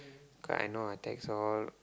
cause I know I text her all